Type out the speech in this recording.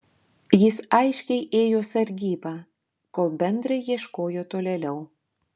jis aiškiai ėjo sargybą kol bendrai ieškojo tolėliau